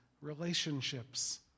relationships